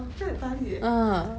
很像很大粒 eh